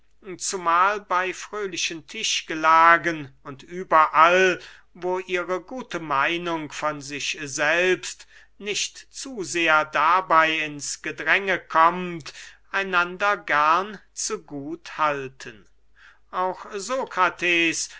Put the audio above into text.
zumahl bey fröhlichen tischgelagen und überall wo ihre gute meinung von sich selbst nicht zu sehr dabey ins gedränge kommt einander gern zu gut halten auch